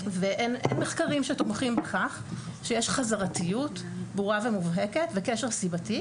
אין מחקרים שתומכים בכך שיש חזרתיות ברורה ומובהקת וקשר סיבתי